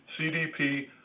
CDP